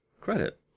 Credit